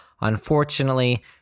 Unfortunately